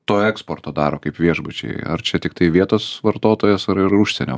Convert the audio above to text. to eksporto daro kaip viešbučiai ar čia tiktai vietos vartotojas ar ir užsienio